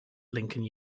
lincoln